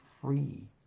free